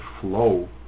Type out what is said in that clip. flow